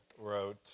wrote